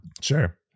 sure